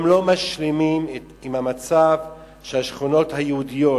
הם לא משלימים עם המצב שהשכונות היהודיות